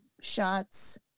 shots